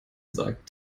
sagt